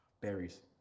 Berries